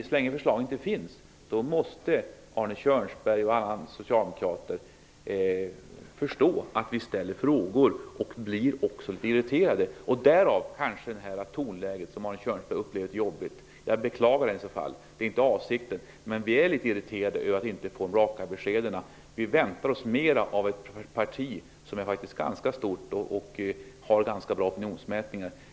Så länge förslag inte föreligger måste Arne Kjörnsberg och andra socialdemokrater ha förståelse för att vi ställer frågor och för att vi blir litet irriterade -- därav kanske det tonläge som Arne Kjörnsberg upplever som jobbigt. Jag beklagar om det är så. Det är inte vår avsikt. Vi är bara litet irriterade över att vi inte får några raka besked. Vi väntar oss mer av ett parti som faktiskt är ganska stort och som har ganska bra siffror i opinionsmätningar.